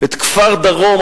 את כפר-דרום,